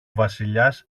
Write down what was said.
βασιλιάς